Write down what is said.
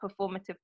performative